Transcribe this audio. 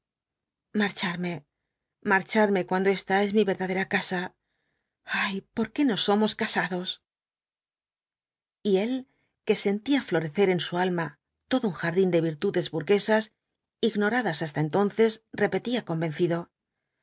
marcharme marcharme cuando esta es mi verdadera casa ay por qué no somos casados y él que sentía florecer en su alma todo un jardín de virtudes burguesas ignoradas hasta entonces repetía convencido